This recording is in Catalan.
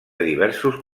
diversos